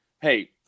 hey